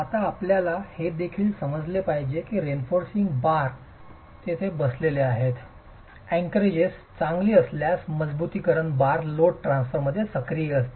आता आपल्याला हे देखील समजले पाहिजे की रेन्फोर्सिंग बार तेथे बसलेले आहेत अँकोरेजेस चांगली असल्यास मजबुतीकरण बार लोड ट्रान्सफरमध्ये सक्रिय असतील